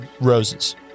roses